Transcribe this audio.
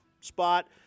spot